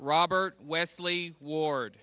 robert wesley ward